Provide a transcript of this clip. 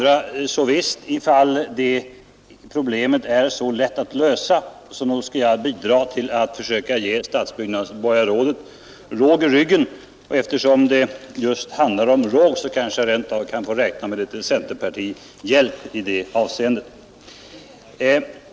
Och ifall det här problemet är så lätt att lösa, så nog skall jag, försöka bidra att ge stadsbyggnadsborgarrådet råg i ryggen. Eftersom det handlar om råg så kanske jag får räkna med litet centerpartihjälp också.